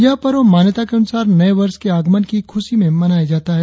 यह पर्व मान्यता के अनुसार नए वर्ष के आगमन की खुशी में मनाया जाता है